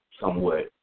somewhat